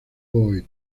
boyd